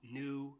new